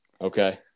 Okay